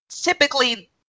typically